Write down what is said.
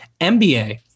MBA